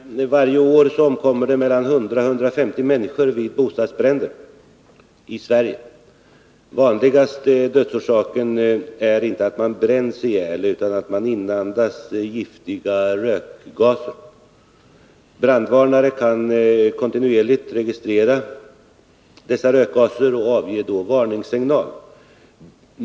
Herr talman! Låt mig erinra om att varje år omkommer 100-150 människor i bostadsbränder i Sverige. Den vanligaste dödsorsaken är inte att man bränns ihjäl utan att man inandas giftiga rökgaser. Brandvarnare kan kontinuerligt registrera dessa rökgaser och avge varningssignaler.